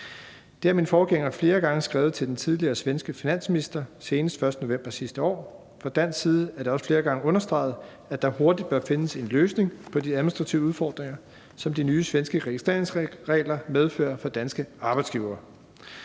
Det har min forgænger flere gange skrevet til den tidligere svenske finansminister, senest den 1. november sidste år. Fra dansk side er det også flere gange blevet understreget, at der hurtigt bør findes en løsning på de administrative udfordringer, som de nye svenske registreringsregler medfører for danske arbejdsgivere.